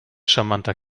charmanter